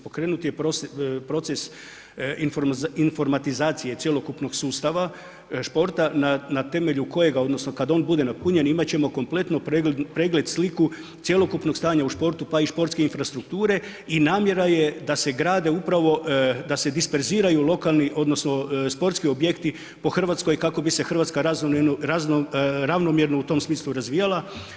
Pokrenut je proces informatizacije cjelokupnog sustava športa na temelju kojega odnosno kad on bude napunjen imat ćemo kompletno pregled sliku cjelokupnog stanja u športu, pa i športske infrastrukture i namjera je da se grade upravo, da se disperziraju lokalni odnosno sportski objekti po RH kako bi se RH ravnomjerno u tom smislu razvijala.